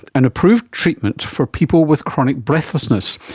an approved treatment for people with chronic breathlessness,